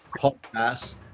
podcast